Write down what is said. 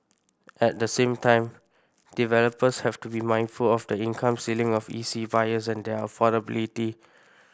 at the same time developers have to be mindful of the income ceiling of E C buyers and their affordability